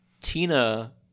Tina